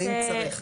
האם צריך.